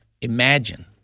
imagine